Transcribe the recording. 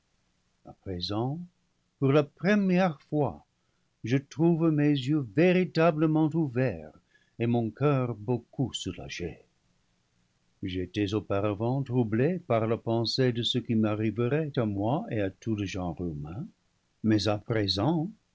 a présent pour la première fois je trouve mes yeux véritablement ouverts et mon coeur beaucoup sou lagé j'étais auparavant troublé par la pensée de ce qui m'ar riverait à moi et à tout le genre humain mais à présent